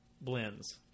blends